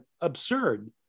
absurd